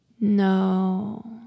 No